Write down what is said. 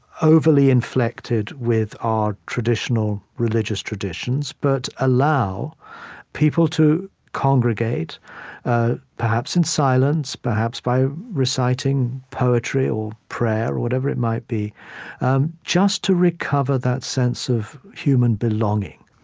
overly inflected with our traditional religious traditions but allow people to congregate ah perhaps in silence perhaps by reciting poetry or prayer or whatever it might be um just to recover that sense of human belonging